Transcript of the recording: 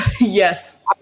yes